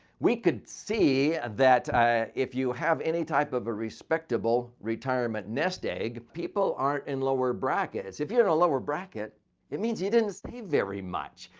we could see that if you have any type of respectable retirement nest egg, people aren't in lower brackets. if you're in lower bracket it means you didn't save very much.